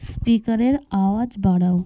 স্পিকারের আওয়াজ বাড়াও